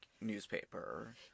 newspaper